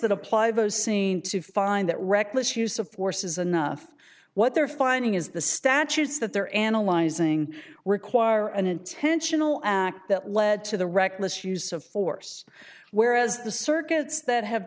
that apply those seen to find that reckless use of force is enough what they're finding is the statutes that they're analyzing require an intentional act that led to the reckless use of force whereas the circuits that have